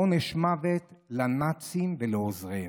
עונש מוות לנאצים ולעוזריהם.